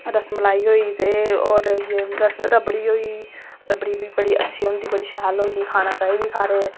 रस मलाई होई गेई ते और रबड़ी होई गेई रबड़ी बडी अच्छी होंदी बडी शैल होंदी खाना चाहिदी सारें